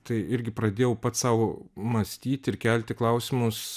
tai irgi pradėjau pats sau mąstyti ir kelti klausimus